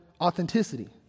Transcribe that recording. authenticity